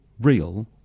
real